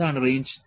എന്താണ് റേഞ്ച്